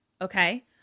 Okay